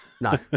No